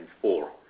four